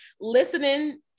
listening